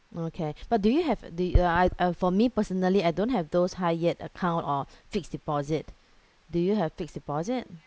okay but do you have the uh I I for me personally I don't have those high yield account or fixed deposit do you have fixed deposit